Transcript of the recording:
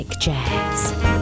Jazz